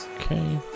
Okay